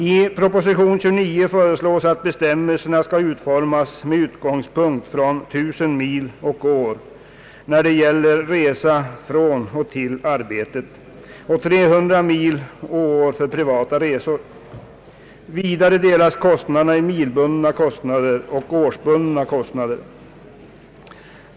I proposition 29 föreslås att bestämmelserna skall utformas med utgångspunkt från 1000 mil och år när det gäller resa till och från arbetet och 1300 mil och år för privata resor. Vidare delas kostnaderna i milbundna kostnader och årsbundna kostnader.